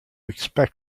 expect